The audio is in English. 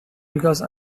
because